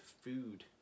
food